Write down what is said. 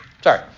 sorry